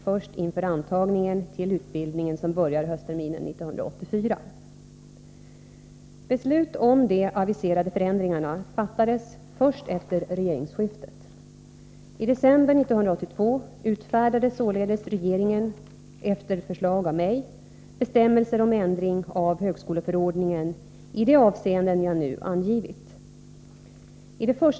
Dessa förändringar skulle enligt riksdagens beslut träda i kraft först inför antagningen till sådan utbildning som börjar höstterminen 1984.